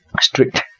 strict